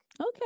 Okay